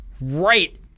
right